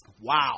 Wow